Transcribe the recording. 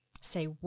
say